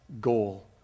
goal